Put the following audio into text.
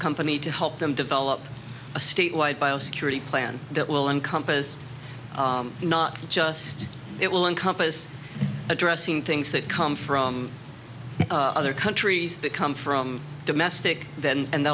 company to help them develop a statewide bio security plan that will encompass not just it will encompass addressing things that come from other countries that come from domestic then and